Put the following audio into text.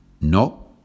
No